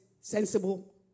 sensible